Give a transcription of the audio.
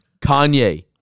Kanye